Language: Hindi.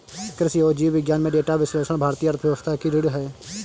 कृषि और जीव विज्ञान में डेटा विश्लेषण भारतीय अर्थव्यवस्था की रीढ़ है